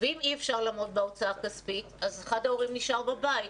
ואם אי אפשר לעמוד בהוצאה הכספית אז אחד ההורים נשאר בבית,